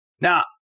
Now